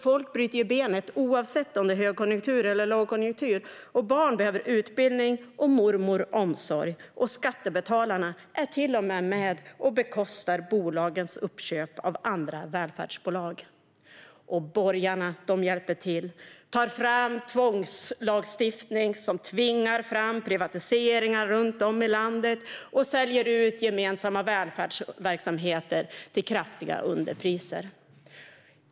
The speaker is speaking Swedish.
Folk bryter ben oavsett om det är hög eller lågkonjunktur, barn behöver utbildning och mormor omsorg, och skattebetalarna är med och bekostar till och med bolagens uppköp av andra välfärdsbolag. Och borgarna hjälper till. De tar fram tvångslagstiftning som tvingar fram privatiseringar runt om i landet och säljer ut gemensamma välfärdsverksamheter till kraftiga underpriser.